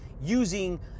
using